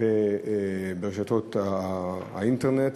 ברשתות האינטרנט.